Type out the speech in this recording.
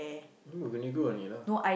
move any do only lah